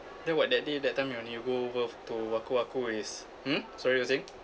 then what that day that time when you go over to wakuwaku is mm sorry you were saying